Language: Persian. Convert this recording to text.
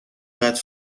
قدر